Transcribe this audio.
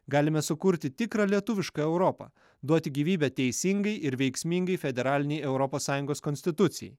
galime sukurti tikrą lietuvišką europą duoti gyvybę teisingai ir veiksmingai federalinei europos sąjungos konstitucijai